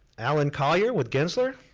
alan colyer with gensler.